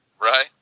Right